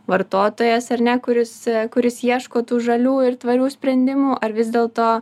vartotojas ar ne kuris kuris ieško tų žalių ir tvarių sprendimų ar vis dėlto